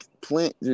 Plant